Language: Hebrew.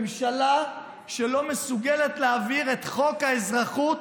ממשלה שלא מסוגלת להעביר את חוק האזרחות,